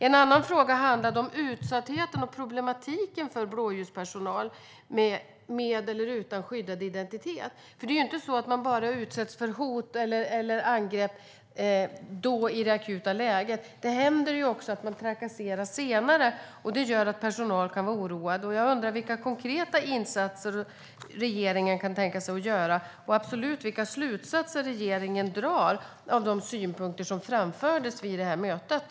En annan fråga är utsattheten och problematiken för blåljuspersonal med eller utan skyddad identitet. Man utsätts ju inte bara för hot och angrepp i det akuta läget, utan det händer också att man trakasseras senare. Det gör att personal kan vara oroad. Jag undrar vilka konkreta insatser regeringen kan tänka sig att göra och vilka slutsatser regeringen drar av de synpunkter som framfördes vid mötet.